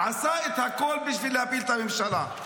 עשה את הכול בשביל להפיל את הממשלה.